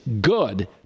good –